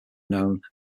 known